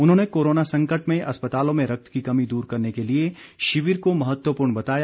उन्होंने कोरोना संकट में अस्पतालों में रक्त की कमी दूर करने के लिए शिविर को महत्वपूर्ण बताया